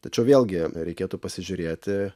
tačiau vėlgi reikėtų pasižiūrėti